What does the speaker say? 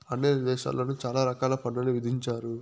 అన్ని దేశాల్లోను చాలా రకాల పన్నులు విధించారు